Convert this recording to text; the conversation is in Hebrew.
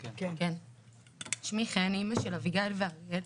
אני אמא של אביגיל ואריאל,